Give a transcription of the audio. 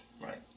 Right